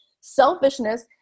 selfishness